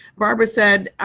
barbara said,